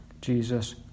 Jesus